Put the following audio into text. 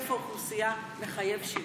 להיקף האוכלוסייה, וזה מחייב שינוי.